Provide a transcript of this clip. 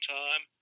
time